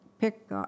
pick